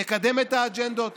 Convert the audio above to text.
נקדם את האג'נדות,